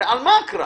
הרי על מה הקרב?